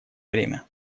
время